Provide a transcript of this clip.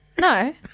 No